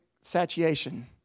satiation